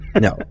No